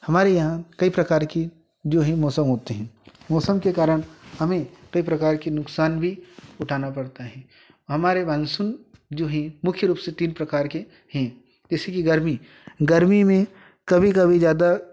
हमारे यहाँ कई प्रकार की दो ही मौसम होते हैं मौसम के कारण हमें कई प्रकार की नुकसान भी उठाना पड़ता हे हमारे मानसून जो हैं मुख्य रूप से तीन प्रकार के हैं जैसे कि गर्मी गर्मी में कभी कभी ज्यादा